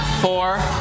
four